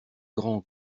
grand